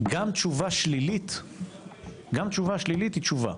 גם תשובה שלילית היא תשובה,